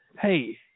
hey